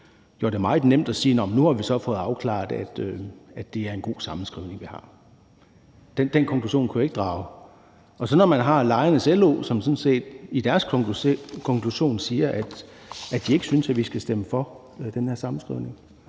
det meget nemt at sige, at nu har vi så fået afklaret, at det er en god sammenskrivning, vi har. Den konklusion kunne jeg ikke drage, og når man så har Lejernes LO, som sådan set i deres konklusion siger, at de ikke synes, at vi skal stemme for den sammenskrivning,